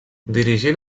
dirigí